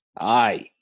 Aye